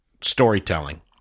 storytelling